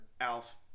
Alf